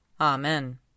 Amen